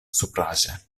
supraĵe